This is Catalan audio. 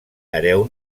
hereu